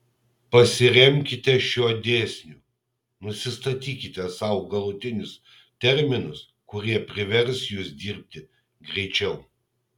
pasiremkite šiuo dėsniu nusistatykite sau galutinius terminus kurie privers jus dirbti greičiau